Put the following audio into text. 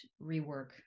rework